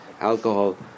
alcohol